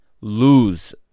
lose